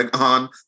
on